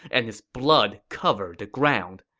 and his blood covered the ground.